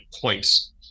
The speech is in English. points